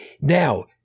Now